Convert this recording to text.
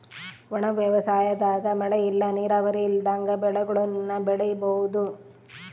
ಒಣ ವ್ಯವಸಾಯದಾಗ ಮಳೆ ಇಲ್ಲ ನೀರಾವರಿ ಇಲ್ದಂಗ ಬೆಳೆಗುಳ್ನ ಬೆಳಿಬೋಒದು